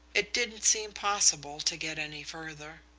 it didn't seem possible to get any further.